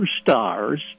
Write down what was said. stars